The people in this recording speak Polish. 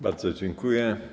Bardzo dziękuję.